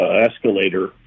escalator